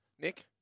Nick